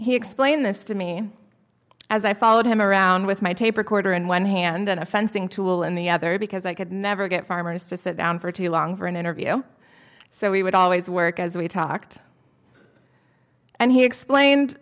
he explained this to me as i followed him around with my tape recorder in one hand and a fencing tool in the other because i could never get farmers to sit down for too long for an interview so we would always work as we talked and he explained